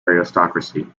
aristocracy